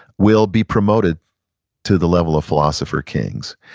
will be promoted to the level of philosopher kings.